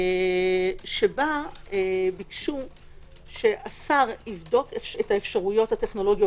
שבה ביקשו שהשר יבדוק את האפשרויות הטכנולוגיות